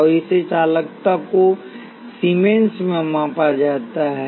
और इस चालकता को सीमेंस में मापा जाता है